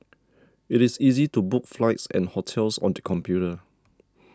it is easy to book flights and hotels on the computer